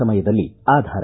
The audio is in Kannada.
ಸಮಯದಲ್ಲಿ ಆಧಾರ